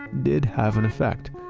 did have an effect.